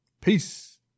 Peace